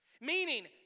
Meaning